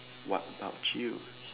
what about you